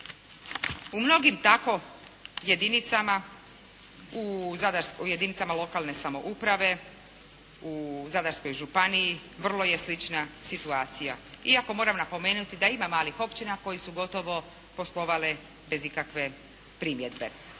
U mnogim tako jedinicama, u jedinicama lokalne samouprave u Zadarskoj županiji vrlo je slična situacija iako moram napomenuti da ima malih općina koje su gotovo poslovale bez ikakve primjedbe,